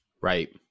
Right